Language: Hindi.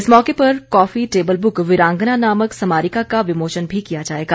इस मौके पर कॉफी टेबल बुक वीरांगना नामक स्मारिका का विमोचन भी किया जाएगा